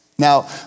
Now